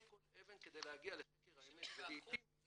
אנחנו הופכים כל אבן כדי להגיע לחקר האמת ולעתים,